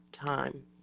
time